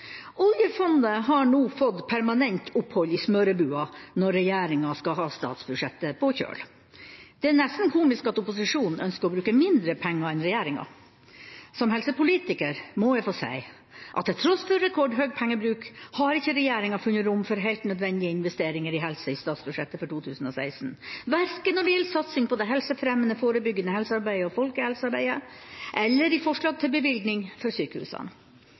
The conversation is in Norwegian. Oljefondet har nå fått permanent opphold i smørebua når regjeringa skal ha statsbudsjettet på kjøl. Det er nesten komisk at opposisjonen ønsker å bruke mindre penger enn regjeringa. Som helsepolitiker må jeg få si at til tross for rekordhøy pengebruk har ikke regjeringa funnet rom for heilt nødvendige investeringer i helse i statsbudsjettet for 2016 verken når det gjelder satsing på det helsefremmende forebyggende helsearbeidet og folkehelse, eller i forslag til bevilgning for sykehusene.